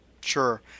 Sure